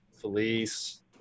Felice